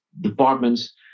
departments